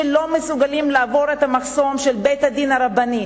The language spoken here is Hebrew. שלא מסוגלים לעבור את המחסום של בית-הדין הרבני,